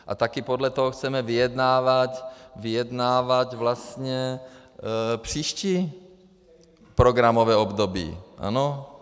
A taky podle toho chceme vyjednávat vlastně příští programové období, ano?